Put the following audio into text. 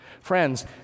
Friends